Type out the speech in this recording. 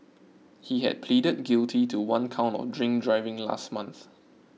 he had pleaded guilty to one count of drink driving last month